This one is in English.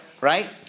Right